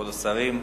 כבוד השרים,